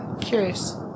Curious